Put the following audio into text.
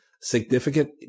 significant